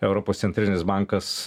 europos centrinis bankas